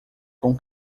com